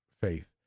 faith